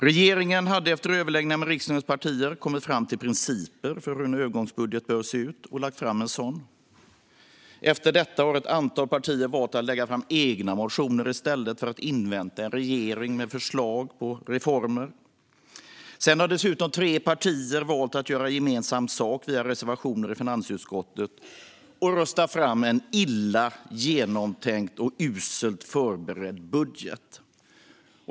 Regeringen har efter överläggningar med riksdagens partier kommit fram till principer för hur en övergångsbudget bör se ut och lagt fram en sådan. Efter detta har ett antal partier valt att väcka egna motioner i stället för att invänta en regering med förslag på reformer. Sedan har dessutom tre partier valt att göra gemensam sak via reservationer i finansutskottet och röstat fram en illa genomtänkt och uselt förberedd budget.